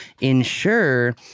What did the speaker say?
ensure